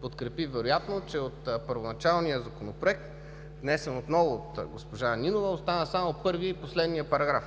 подкрепи, че от първоначалния Законопроект, внесен отново от госпожа Нинова, останаха само първият и последният параграф.